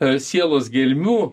a sielos gelmių